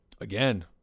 Again